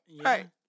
Right